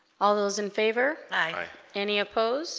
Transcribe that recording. all those in favor aye any opposed